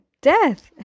death